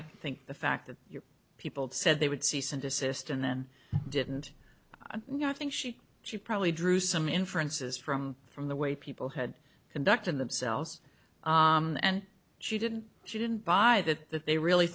i think the fact that your people said they would cease and desist and then didn't you know i think she she probably drew some inferences from from the way people had conducted themselves and she didn't she didn't buy that that they really